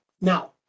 Now